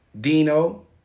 Dino